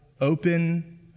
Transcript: open